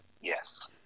Yes